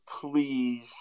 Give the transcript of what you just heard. please